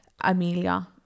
Amelia